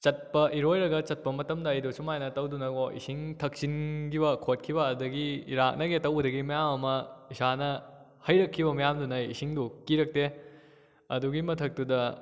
ꯆꯠꯄ ꯏꯔꯣꯏꯔꯒ ꯆꯠꯄ ꯃꯇꯝꯗ ꯑꯩꯗꯣ ꯁꯨꯃꯥꯏꯅ ꯇꯧꯗꯨꯅꯀꯣ ꯏꯁꯤꯡ ꯊꯛꯆꯤꯟꯈꯤꯕ ꯈꯣꯠꯈꯤꯕ ꯑꯗꯨꯗꯒꯤ ꯏꯔꯥꯛꯅꯒꯦ ꯇꯧꯕꯗꯒꯤ ꯃꯌꯥꯝ ꯑꯃ ꯏꯁꯥꯅ ꯍꯩꯔꯛꯈꯤꯕ ꯃꯌꯥꯝꯗꯨꯅ ꯑꯩ ꯏꯁꯤꯡꯗꯨ ꯀꯤꯔꯛꯇꯦ ꯑꯗꯨꯒꯤ ꯃꯊꯛꯇꯨꯗ